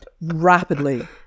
rapidly